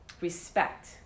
respect